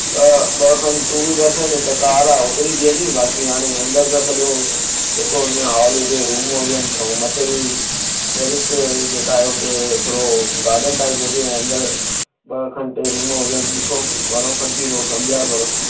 हा ॿ खनि टू विलर्स आहिनि हिकु कार आहे होतिरी बीहंदी बाक़ी हाणे अंदरि त सॼो जेको हुन हॉल हुजे रूम हुजनि ऐं मथे जी टेरीस जेका आहे हुते थोरो गाडनि टाइप हुजे अंदरि ॿ खनि टे रूम हुजनि ॾिसो घणो ख़र्चु ईंदो समुझायो थोरो